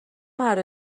مرد